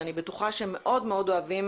שאני בטוחה שהם מאוד מאוד אוהבים